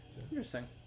interesting